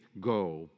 go